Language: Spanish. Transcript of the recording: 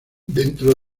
dentro